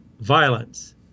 Violence